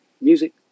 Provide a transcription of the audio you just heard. music